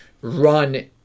run